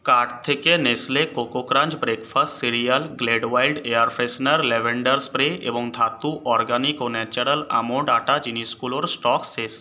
cart থেকে Nestle Koko Krunch breakfast cereal Glade wild air freshener lavender spray এবং Dhatu organic ও natural almond atta জিনিসগুলোর stock শেষ